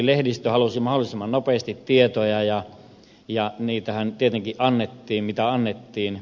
lehdistö halusi mahdollisimman nopeasti tietoja ja niitähän tietenkin annettiin mitä annettiin